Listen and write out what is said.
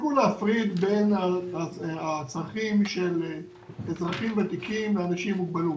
תפסיקו להפריד בין הצרכים של אזרחים ותיקים לאנשים עם מוגבלות.